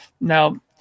Now